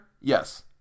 Yes